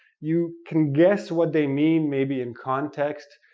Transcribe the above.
you can guess what they mean, maybe in context.